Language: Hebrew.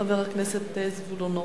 חבר הכנסת זבולון אורלב.